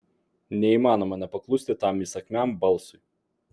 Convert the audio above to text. neįmanoma nepaklusti tam įsakmiam balsui